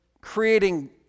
creating